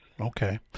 Okay